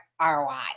roi